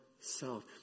self